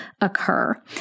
occur